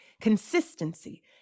consistency